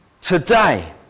Today